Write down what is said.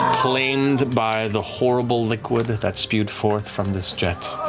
and by the horrible liquid that spewed forth from this jet.